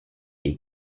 est